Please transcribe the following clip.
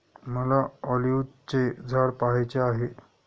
मला ऑलिव्हचे झाड पहायचे आहे